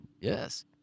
Yes